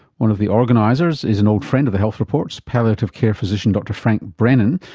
one of the organisers is an old friend of the health report's, palliative care physician dr frank brennan,